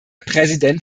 präsident